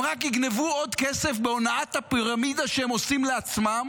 הם רק יגנבו עוד כסף בהונאת הפירמידה שהם עושים לעצמם